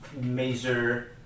major